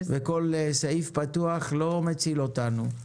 וכל סעיף פתוח לא מציל אותנו.